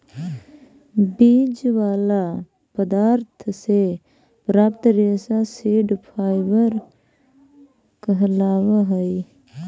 बीज वाला पदार्थ से प्राप्त रेशा सीड फाइबर कहलावऽ हई